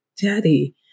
daddy